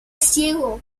ciego